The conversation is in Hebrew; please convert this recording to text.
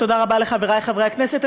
ותודה רבה לחברי חברי הכנסת.